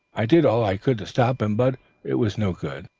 i did all i could to stop him, but it was no good.